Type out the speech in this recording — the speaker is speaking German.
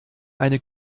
eine